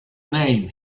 name